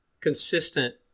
consistent